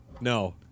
No